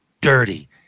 dirty